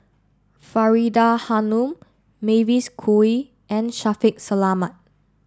Faridah Hanum Mavis Khoo Oei and Shaffiq Selamat